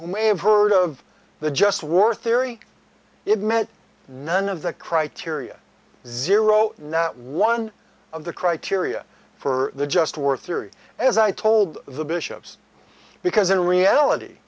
may have heard of the just war theory it meant none of the criteria zero net one of the criteria for the just war theory as i told the bishops because in reality